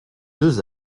deux